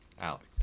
Alex